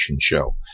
show